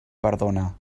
perdona